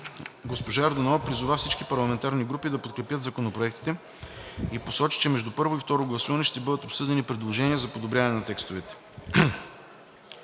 Госпожа Йорданова призова всички парламентарни групи да подкрепят законопроектите и посочи, че между първо и второ гласуване ще бъдат обсъдени предложения за подобряване на текстовете.